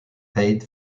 paid